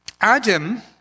Adam